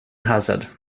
hazard